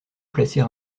placer